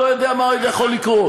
אני לא יודע מה עוד יכול לקרות.